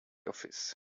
office